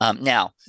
Now